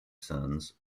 sons